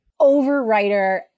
overwriter